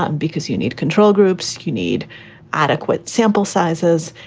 ah and because you need control groups, you need adequate sample sizes.